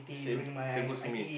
same same goes to me